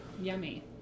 yummy